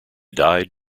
died